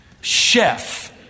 chef